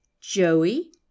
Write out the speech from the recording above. Joey